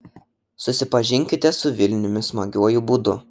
susipažinkite su vilniumi smagiuoju būdu